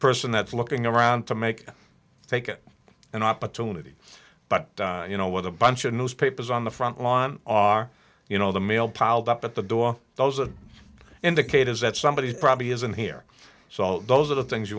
person that's looking around to make take it an opportunity but you know what a bunch of newspapers on the front lawn are you know the mail piled up at the door those are indicators that somebody probably isn't here so those are the things you